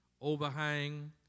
overhang